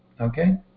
Okay